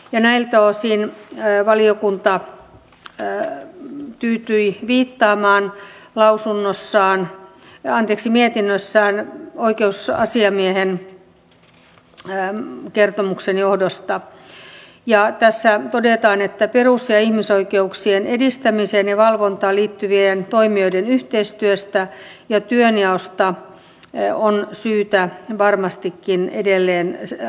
näiltä osin valiokunta tyytyi viittaamaan asiaan mietinnössään oikeusasiamiehen kertomuksen johdosta ja tässä todetaan perus ja ihmisoikeuksien edistämiseen ja valvontaan liittyvien toimijoiden yhteistyöstä ja työnjaosta että on syytä varmastikin edelleen asiaa selvittää